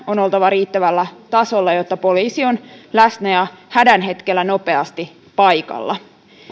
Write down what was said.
on oltava riittävällä tasolla jotta poliisi on läsnä ja hädän hetkellä nopeasti paikalla